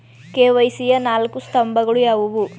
KYC ಯ ನಾಲ್ಕು ಸ್ತಂಭಗಳು ಯಾವುವು?